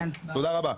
תודה רבה.